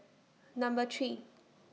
Number three